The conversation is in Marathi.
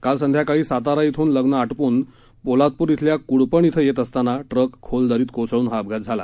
काल संध्याकाळी सातारा श्रिन लग्न आटोपून पोलादपूर शिल्या कुडपण श्रिं येत असताना ट्रक खोल दरीत कोसळून अपघात झाला